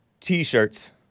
t-shirts